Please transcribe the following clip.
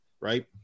right